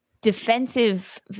defensive